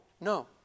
No